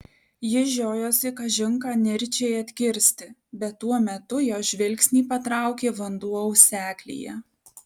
jis žiojosi kažin ką nirčiai atkirsti bet tuo metu jo žvilgsnį patraukė vanduo auseklyje